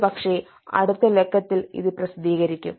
ഒരുപക്ഷേ അടുത്ത ലക്കത്തിൽ ഇത് പ്രസിദ്ധീകരിക്കും